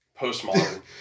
Postmodern